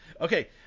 Okay